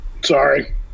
Sorry